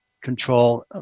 control